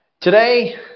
Today